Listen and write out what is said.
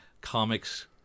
comics